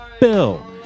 Bill